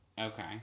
Okay